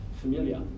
familiar